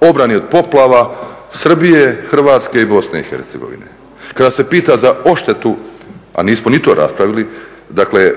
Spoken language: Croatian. obrani od poplava Srbije, Hrvatske i BiH. Kada se pita za odštetu, a nismo ni to raspravili, dakle